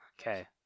Okay